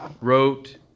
wrote